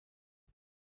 اند